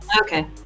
okay